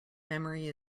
memory